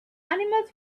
animals